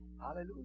hallelujah